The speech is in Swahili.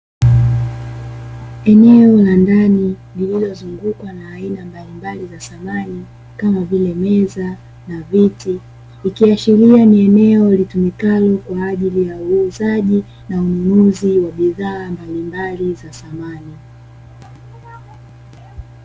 Eneo la ndani lililozungukwa na aina mbalimbali za samani kama vile meza na viti, ikiashiria ni eneo linalotumika kwa ajili ya uuzaji na ununuzi wa bidhaa mbalimbali za samani.